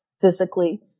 physically